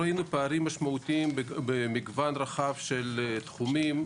ראינו פערים משמעותיים במגוון רחב של תחומים,